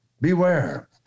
Beware